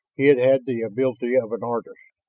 he had had the ability of an artist,